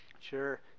sure